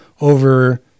over